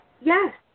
Yes